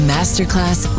Masterclass